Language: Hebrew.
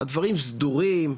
הדברים סדורים,